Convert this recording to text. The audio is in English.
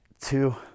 two